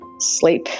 Sleep